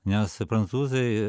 nes prancūzai